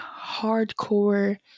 hardcore